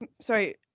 Sorry